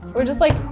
or just like,